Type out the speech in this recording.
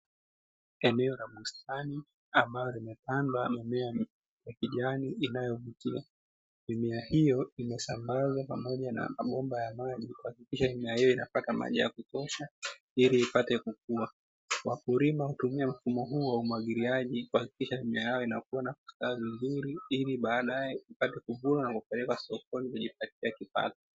Eneo la bustani ambalo limepandwa mimea ya kijani inayovutia mimea hiyo, imesambazwa pamoja na mabomba ya maji, kuhakikisha nayo inapata maji yakutosha, ili ipate kukua wakulima hutumia mfumo huo wa umwagiliaji kuhakikisha mimea yaoinakua vizuri ili baadae ipate kuvunwa na kupelekwa sokoni kujipatia kipato.